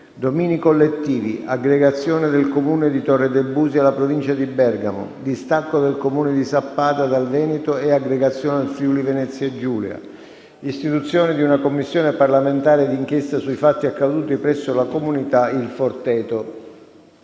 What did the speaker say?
domini collettivi; aggregazione del Comune di Torre de’ Busi alla Provincia di Bergamo; distacco del Comune di Sappada dal Veneto e aggregazione al Friuli-Venezia Giulia; istituzione di una Commissione parlamentare di inchiesta sui fatti accaduti presso la comunità Il Forteto.